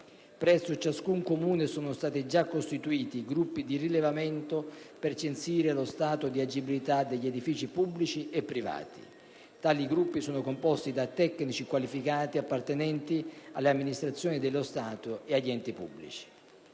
Presso ciascun Comune sono stati già costituiti gruppi di rilevamento per censire lo stato di agibilità degli edifici pubblici e privati. Tali gruppi sono composti da tecnici qualificati appartenenti alle amministrazioni dello Stato e agli enti pubblici.